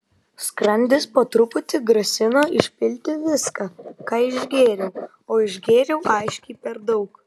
skrandis po truputį grasino išpilti viską ką išgėriau o išgėriau aiškiai per daug